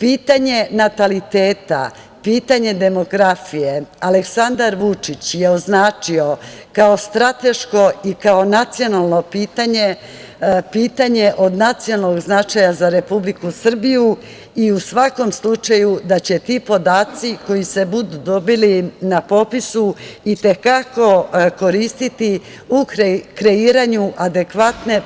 Pitanje nataliteta, pitanje demografije Aleksandar Vučić je označio kao strateško i kao nacionalno pitanje, pitanje od nacionalnog značaja za Republiku Srbiju i u svakom slučaju da će ti podaci koji se budu dobili na popisu i te kako će koristiti kreiranju adekvatne